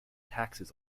taxes